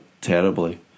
terribly